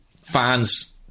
fans